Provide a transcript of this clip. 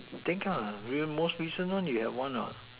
think the most recent one we have one